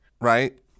right